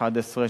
11,